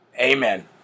Amen